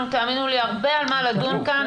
תאמינו לי שיש לנו הרבה על מה לדון כאן,